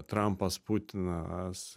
trampas putinas